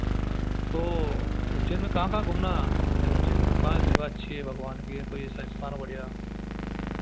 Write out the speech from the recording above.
तो उज्जैन में कहाँ कहाँ घूमना है मुझे मतलब काहन जगह अच्छी है भगवान की कोई ऐसा स्थान बढ़िया